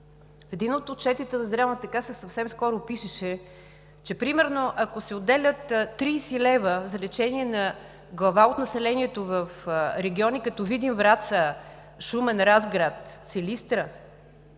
В един от отчетите на Здравната каса съвсем скоро пишеше, че примерно ако се отделят 30 лв. за лечение на глава от населението в региони като Видин, Враца, Шумен, Разград, Силистра,